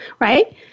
Right